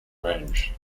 range